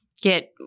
get